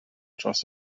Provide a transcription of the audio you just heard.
dros